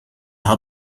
had